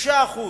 6%